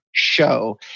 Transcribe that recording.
show